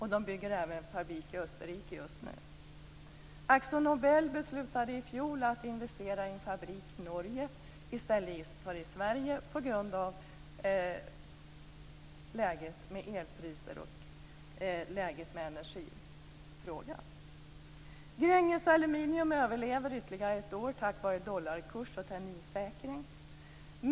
Just nu bygger man också en fabrik i Akzo Nobel beslutade i fjol att investera i en fabrik i Norge i stället för i Sverige, på grund av elpriset och läget i energifrågan. Gränges Aluminium överlever ytterligare ett år tack vare en gynnsam dollarkurs och terminssäkring.